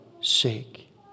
sake